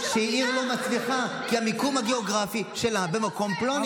אני נתתי לכם להתווכח על חשבון הזמן שלי.